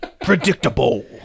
Predictable